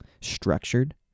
structured